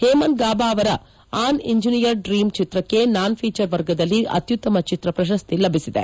ಹೇಮಂತ್ ಗಾಬಾ ಅವರ an engineered dream ಚಿತ್ರಕ್ಕೆ non feature ವರ್ಗದಲ್ಲಿ ಅತ್ಯುತ್ತಮ ಚಿತ್ರ ಪ್ರಶಸ್ತಿ ಲಭಿಸಿದೆ